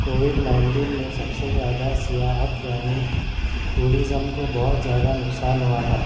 Covid nineteen میں سب سے زیادہ سیاحت یعنی ٹورزم کو بہت زیادہ نقصان ہُوا تھا